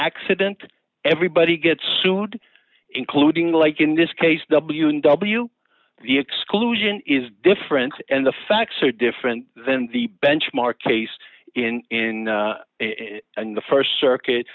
accident everybody gets sued including like in this case w w the exclusion is different and the facts are different than the benchmark case in the st circuit